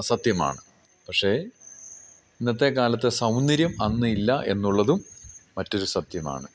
സത്യമാണ് പക്ഷേ ഇന്നത്തെ കാലത്ത് സൗന്ദര്യം എന്നില്ല എന്നുള്ളതും മറ്റൊരു സത്യമാണ്